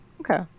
okay